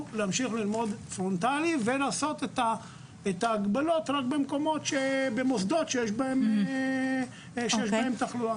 להמשיך ללמוד פרונטלי ולעשות את ההגבלות רק במוסדות שיש בהם תחלואה.